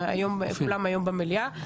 כאחד האדם,